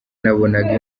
nabonaga